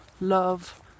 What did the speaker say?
love